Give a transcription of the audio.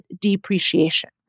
depreciation